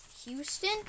Houston